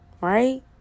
right